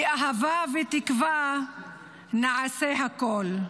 באהבה ובתקווה נעשה הכול.